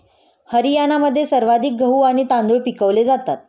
हरियाणामध्ये सर्वाधिक गहू आणि तांदूळ पिकवले जातात